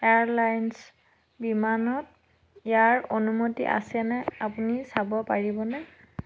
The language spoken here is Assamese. এয়াৰলাইনছ বিমানত ইয়াৰ অনুমতি আছেনে আপুনি চাব পাৰিবনে